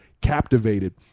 captivated